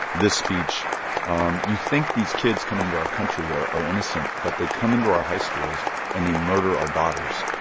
this speech um you think these kids coming into our country are innocent, but they come into our high schools and they murder our daughters.